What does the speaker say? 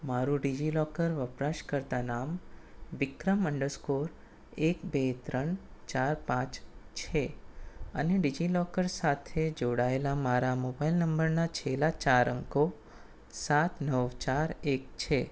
મારું ડિજિલોકર વપરાશકર્તા નામ વિક્રમ અન્ડરસ્કોર એક બે ત્રણ ચાર પાંચ છે અને ડિજિલોકર સાથે જોડાયેલા મારા મોબાઇલ નંબરના છેલ્લા ચાર અંકો સાત નવ ચાર એક છે